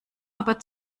aber